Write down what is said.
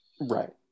Right